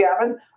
Gavin